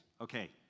Okay